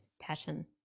pattern